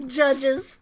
judges